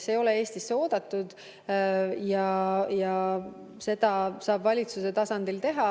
kes ei ole Eestisse oodatud. Seda saab valitsuse tasandil teha.